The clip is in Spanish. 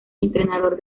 entrenador